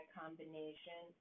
combination